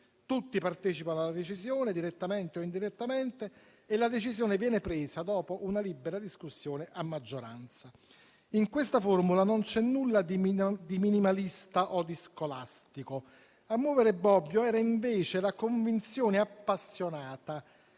tutti partecipano alla decisione direttamente o indirettamente e la decisione viene presa dopo una libera discussione a maggioranza. In questa formula non c'è nulla di minimalista o di scolastico. A muovere Bobbio era invece la convinzione appassionata